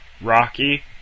Rocky